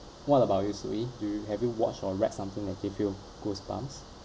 what about you soo ee do you have you watched or read something that give you goosebumps